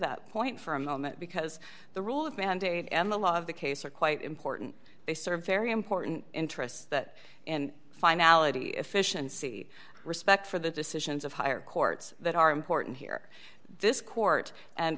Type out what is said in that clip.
that point for a moment because the rule of mandate and the law of the case are quite important they serve very important interests that in finality efficiency respect for the decisions of higher courts that are important here this court and